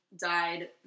died